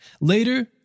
Later